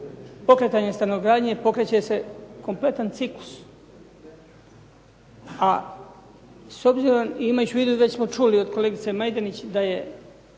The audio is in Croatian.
pokretanja stanogradnje pokreće se kompletan ciklus a s obzirom i imajući u vidu, već smo čuli od kolegice Majdenić, da je